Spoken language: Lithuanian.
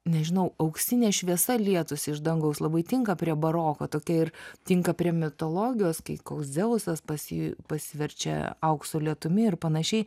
nežinau auksinė šviesa lietųsi iš dangaus labai tinka prie baroko tokia ir tinka prie mitologijos kai koks dzeusas pas jį pasiverčia aukso lietumi ir panašiai